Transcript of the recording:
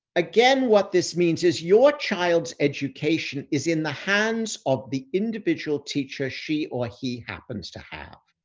again, what this means is your child's education is in the hands of the individual teacher she or he happens to have.